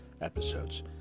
episodes